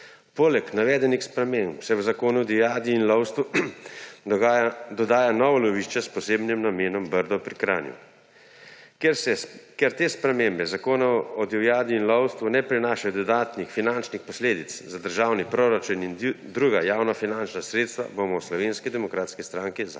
Poleg navedenih sprememb se v Zakonu o divjadi in lovstvu dodaja novo lovišče s posebnim namenom Brdo pri Kranju. Ker te spremembe Zakona o divjadi in lovstvu ne prinašajo dodatnih finančnih posledic za državni proračun in druga javnofinančna sredstva, bomo v Slovenski demokratski stranki zakon